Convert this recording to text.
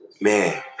man